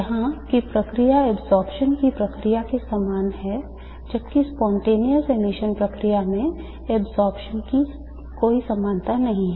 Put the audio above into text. यहां की प्रक्रिया absorption की प्रक्रिया के समान है जबकि spontaneous emission प्रक्रिया में absorption की कोई समानता नहीं है